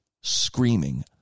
screaming